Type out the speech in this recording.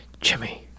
Jimmy